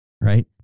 right